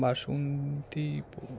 বাসন্তী প